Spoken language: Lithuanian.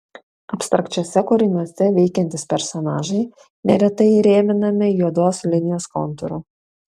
abstrakčiuose kūriniuose veikiantys personažai neretai įrėminami juodos linijos kontūru